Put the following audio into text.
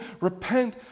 Repent